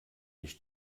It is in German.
ich